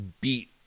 beat